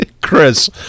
Chris